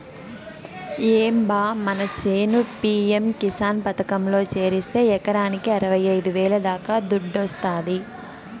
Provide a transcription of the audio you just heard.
ఏం బా మన చేను పి.యం కిసాన్ పథకంలో చేరిస్తే ఎకరాకి అరవైఐదు వేల దాకా దుడ్డొస్తాది